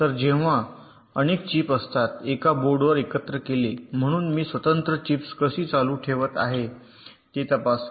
तर जेव्हा अनेक चीप असतात एका बोर्डवर एकत्र केले म्हणून मी स्वतंत्र चिप्स कशी चालू ठेवत आहे ते तपासू